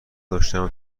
داشتم